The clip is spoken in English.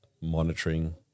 monitoring